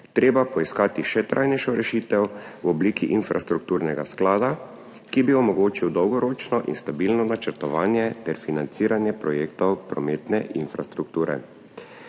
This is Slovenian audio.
treba poiskati še trajnejšo rešitev v obliki infrastrukturnega sklada, ki bi omogočil dolgoročno in stabilno načrtovanje ter financiranje projektov prometne infrastrukture.